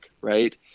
right